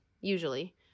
usually